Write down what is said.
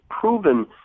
proven